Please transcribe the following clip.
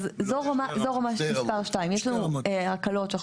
אז זו רמה מספר 2. יש לנו הקלות שאנחנו